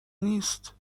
نیست